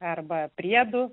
arba priedų